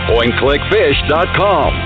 PointClickFish.com